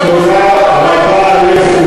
תודה רבה לכולם,